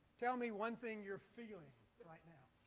tell me one thing you're feeling right now?